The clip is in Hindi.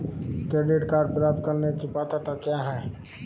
क्रेडिट कार्ड प्राप्त करने की पात्रता क्या है?